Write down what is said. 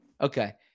Okay